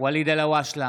ואליד אלהואשלה,